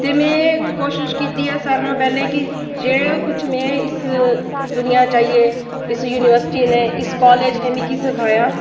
ते में कोशिश कीती ऐ सारे कोला पैह्लें की जे कुछ में इस दुनियां च आइयै इस यूनिवर्सिटी नै इस कालेज नै मिगी सखाया